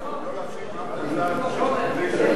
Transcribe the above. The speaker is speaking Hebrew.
אבל לא להאשים רק את הצד של הכנסת,